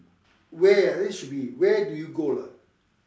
where this should be where do you go lah